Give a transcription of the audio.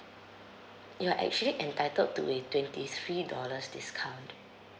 you're actually entitled to a twenty three dollars discount